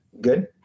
Good